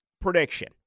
prediction